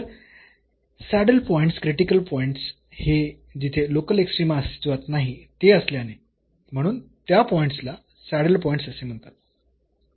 तर saddle points critical पॉईंट्सहे जिथे लोकल एक्स्ट्रीमा अस्तित्वात नाही ते असल्याने म्हणून त्या पॉईंट्सला सॅडल पॉईंट्स असे म्हणतात